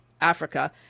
Africa